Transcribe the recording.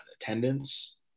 attendance